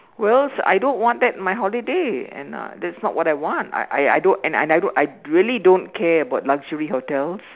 well I don't want that in my holiday and uh that's not what I want and I I don't and I don't I really don't care about luxury hotels